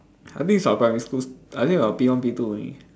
I think its our primary school I think our P one P two only